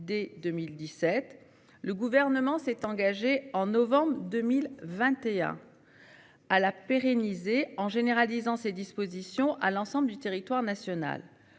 dès 2017. Le gouvernement s'est engagé en novembre 2021. À la pérenniser en généralisant ces dispositions à l'ensemble du territoire national.